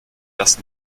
das